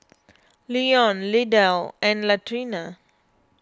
Leon Lydell and Latrina